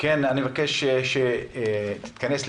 אני מבקש שתתכנס לסיום,